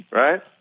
right